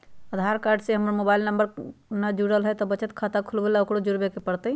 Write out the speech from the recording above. आधार card से हमर mobile number न जुरल है त बचत खाता खुलवा ला उकरो जुड़बे के पड़तई?